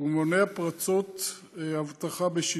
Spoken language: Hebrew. ומונע פרצות אבטחה בשידור.